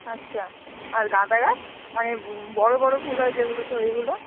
আচ্ছা আর গাঁদা গাছ মানে বড়ো বড়ো ফুল হয় যেগুলোতে ওইগুলো